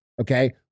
okay